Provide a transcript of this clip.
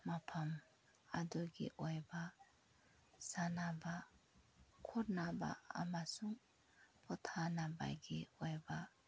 ꯃꯐꯝ ꯑꯗꯨꯒꯤ ꯑꯣꯏꯕ ꯁꯥꯟꯅꯕ ꯈꯣꯠꯅꯕ ꯑꯃꯁꯨꯡ ꯄꯣꯊꯥꯅꯕꯒꯤ ꯑꯣꯏꯕ